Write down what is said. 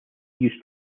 use